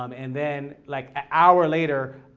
um and then like an hour later,